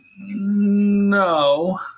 No